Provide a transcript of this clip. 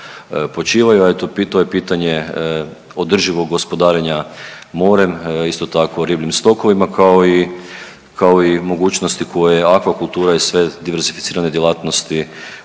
počivaju, a eto pito je pitanje održivog gospodarenja morem, isto tako ribljim stokovima, kao i, kao i mogućnosti koje akvakultura i sve diversificirane djelatnosti